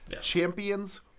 Champions